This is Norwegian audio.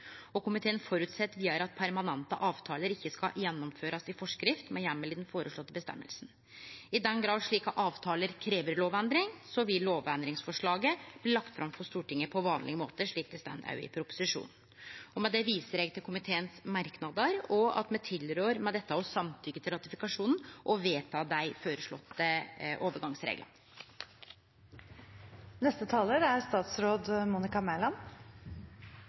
Komiteen føreset at permanente avtalar ikkje skal gjennomførast i forskrift med heimel i den føreslåtte bestemminga. I den grad slike avtalar krev lovendring, vil lovendringsforslaget bli lagt fram for Stortinget på vanleg måte, slik det òg står i proposisjonen. Med dette viser eg til komiteens merknader, og at me med dette tilrår å samtykkje til ratifikasjonen og vedta dei føreslåtte overgangsreglane. Det er